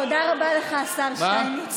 תודה רבה לך, השר שטייניץ.